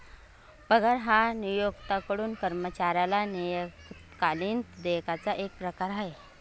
पगार हा नियोक्त्याकडून कर्मचाऱ्याला नियतकालिक देयकाचा एक प्रकार आहे